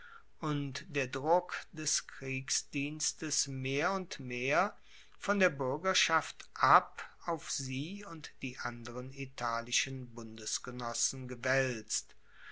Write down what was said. und der druck des kriegsdienstes mehr und mehr von der buergerschaft ab auf sie und die anderen italischen bundesgenossen gewaelzt